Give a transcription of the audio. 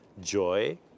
joy